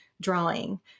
drawing